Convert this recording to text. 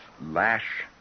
Lash